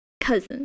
cousin